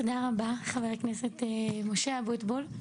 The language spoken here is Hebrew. תודה רבה חבר הכנסת משה אבוטבול,